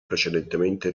precedentemente